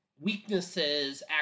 weaknesses